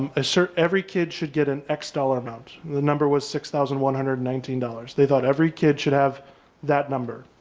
ah so every kid should get an x dollar amount, the number was six thousand one hundred and nineteen dollars. they thought every kid should have that number.